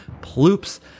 Ploops